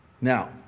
Now